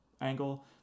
angle